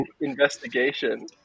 investigation